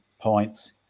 points